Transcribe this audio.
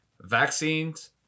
Vaccines